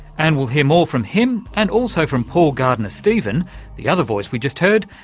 and we'll hear more from him and also from paul gardner stephen, the other voice we just heard,